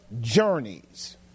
journeys